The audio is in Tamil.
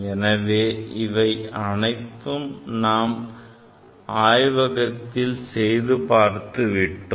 எனவே இவை அனைத்தையும் நாம் ஆய்வகத்தில் செய்து பார்த்து விட்டோம்